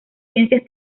ciencias